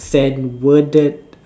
sent worded